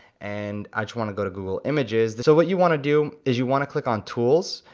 and i just wanna go to google images. so what you wanna do is you wanna click on tools,